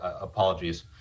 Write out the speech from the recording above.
apologies